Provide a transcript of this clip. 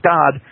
God